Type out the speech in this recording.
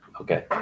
Okay